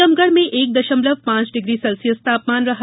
टीकमगढ़ में एक दशमलव पांच डिग्री सेल्सियस तापमान रहा